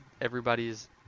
everybody's